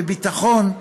בביטחון,